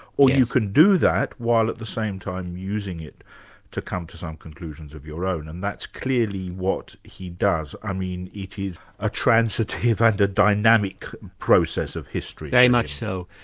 or you can do that while at the same time using it to come to some conclusions of your own, and that's clearly what he does. i mean it is a transitive and a dynamic process of history. very much so.